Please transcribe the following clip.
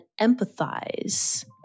empathize